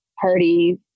party